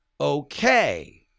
okay